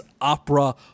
opera